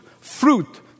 fruit